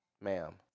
ma'am